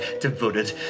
devoted